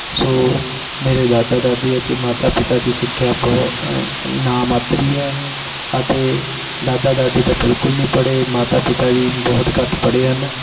ਸੋ ਮੇਰੇ ਦਾਦਾ ਦਾਦੀ ਅਤੇ ਮਾਤਾ ਪਿਤਾ ਦੀ ਸਿੱਖਿਆ ਬਹੁ ਨਾ ਮਾਤਰ ਹੀ ਹੈ ਅਤੇ ਦਾਦਾ ਦਾਦੀ ਤਾਂ ਬਿਲਕੁਲ ਨਹੀਂ ਪੜ੍ਹੇ ਮਾਤਾ ਪਿਤਾ ਵੀ ਬਹੁਤ ਘੱਟ ਪੜ੍ਹੇ ਹਨ